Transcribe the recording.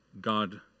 God